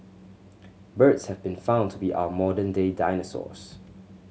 birds have been found to be our modern day dinosaurs